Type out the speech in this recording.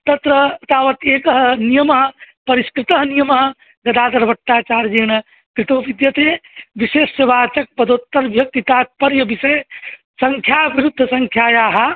तत्र तावत् एकः नियमः परिष्कृतः नियमः गदाधरभट्टाचार्येण कृतो विद्यते विशेषवाचक पदोत्तर विभक्ति तात्पर्यविसये संख्याविरुद्धः संख्यायाः